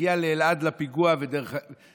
להגיע לאלעד לפיגוע, דרך אגב,